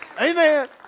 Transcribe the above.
Amen